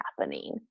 happening